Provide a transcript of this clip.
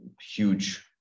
huge